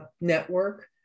network